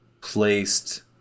placed